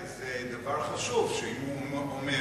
זה דבר חשוב אם הוא אומר